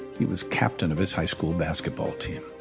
he was captain of his high school basketball team,